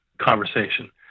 conversation